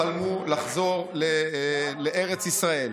חלמו לחזור לארץ ישראל.